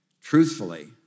Truthfully